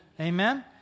Amen